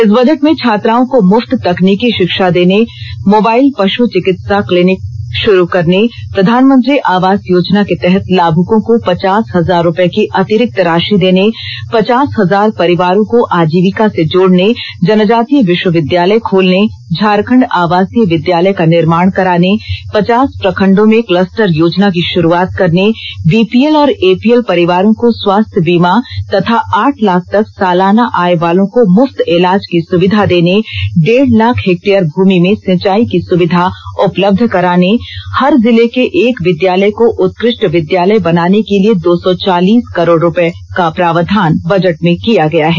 इस बजट में छात्राओं को मुफ्त तकनीकी शिक्षा देने मोबाइल पश् चिकित्सा क्लिनिंक शुरू करने प्रधानमंत्री आवास योजना के तहत लाभूकों को पचास हजार रुपये की अतिरिक्त राशि देने पवास हजार परिवारों को आजीविका से जोड़ने जनजातीय विश्वविद्यालय खोलने झारखंड आवासीय विद्यालय का निर्माण कराने पचास प्रखंडों में कलस्टर योजना की शुरूआत करने बीपीएल और एपीएल परिवारों को स्वास्थ्य बीमा तथा आठ लाख तक सालाना आय वालों को मुफ्त इलाज की सुविधा देने डेढ़ लाख हेक्टेयर भूमि में सिंचाई की सुविधा उपलब्ध कराने हर जिले के एक विद्यालय को उत्कृष्ट विद्यालय बनाने के लिए दो सौ चालीस करोड़ रुपये का प्रावधान बजट में किया गया है